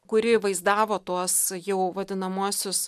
kuri vaizdavo tuos jau vadinamuosius